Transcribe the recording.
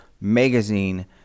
magazine